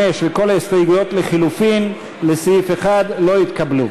5 וכל ההסתייגויות לחלופין לסעיף 1 לא התקבלו.